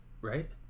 right